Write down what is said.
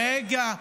רגע.